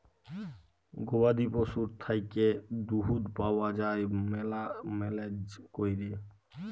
গবাদি পশুর থ্যাইকে দুহুদ পাউয়া যায় ম্যালা ম্যালেজ ক্যইরে